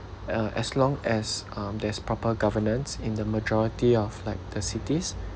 uh as long as um there's proper governance in the majority of like the cities